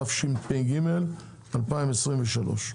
התשפ"ג-2023.